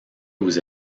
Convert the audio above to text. aux